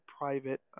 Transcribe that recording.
private